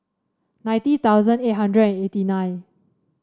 ninety thousand eight hundred and eighty nine